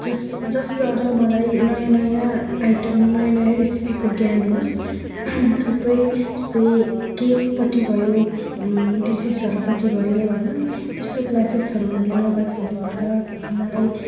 जस जसद्वारा मलाई नयाँ नयाँ आइटम नयाँ नयाँ रेसिपीको ज्ञान होस् थुप्रै यस्तै केकपट्टि भयो डिसेसहरूपट्टि भयो होइन त्यस्तो क्लासेसहरू मैले नगरेकोले गर्दा अब मलाई